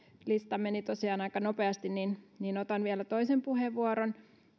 lista meni tosiaan aika nopeasti niin niin otan vielä toisen puheenvuoron